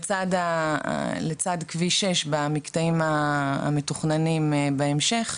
לצד כביש 6 במקטעים המתוכננים בהמשך,